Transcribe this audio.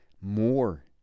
more